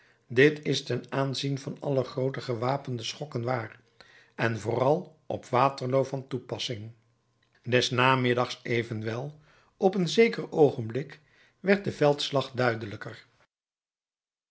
dit is ten aanzien van alle groote gewapende schokken waar en vooral op waterloo van toepassing des namiddags evenwel op een zeker oogenblik werd de veldslag duidelijker